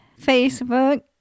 Facebook